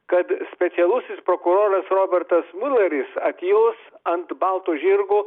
kad specialusis prokuroras robertas muleris atjos ant balto žirgo